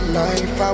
life